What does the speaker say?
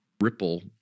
ripple